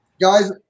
guys